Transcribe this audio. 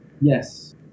yes